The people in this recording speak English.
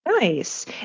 Nice